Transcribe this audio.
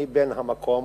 אני בן המקום,